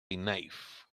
knife